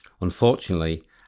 Unfortunately